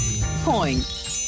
point